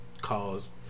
cause